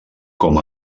com